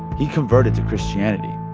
he converted to christianity.